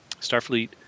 Starfleet